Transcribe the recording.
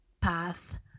path